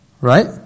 Right